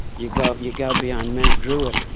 you go you go beyond mount druitt,